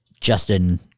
Justin